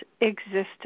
existence